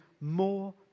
more